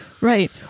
right